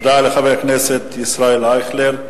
תודה לחבר הכנסת ישראל אייכלר.